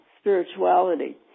spirituality